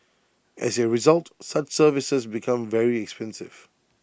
as A result such services become very expensive